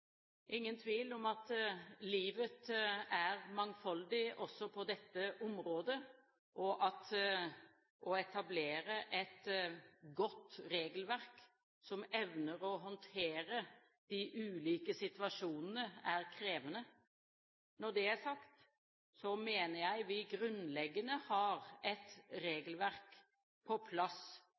ingen tvil om at livet er mangfoldig også på dette området, og at det å etablere et godt regelverk som evner å håndtere de ulike situasjonene, er krevende. Når det er sagt, mener jeg vi grunnleggende sett har et regelverk på plass